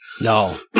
No